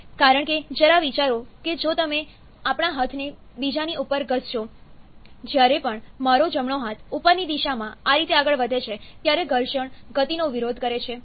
કારણ કે જરા વિચારો કે જો તમે આપણા હાથને બીજાની ઉપર ઘસશો જ્યારે પણ મારો જમણો હાથ ઉપરની દિશામાં આ રીતે આગળ વધે છે ત્યારે ઘર્ષણ ગતિનો વિરોધ કરે છે